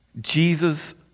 Jesus